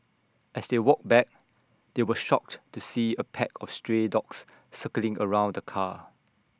as they walked back they were shocked to see A pack of stray dogs circling around the car